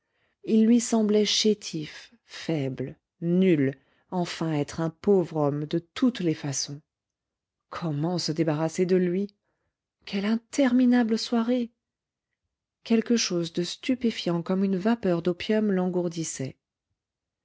il lui semblait chétif faible nul enfin être un pauvre homme de toutes les façons comment se débarrasser de lui quelle interminable soirée quelque chose de stupéfiant comme une vapeur d'opium